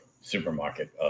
supermarket